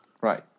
Right